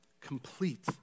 complete